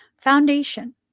Foundation